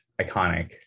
iconic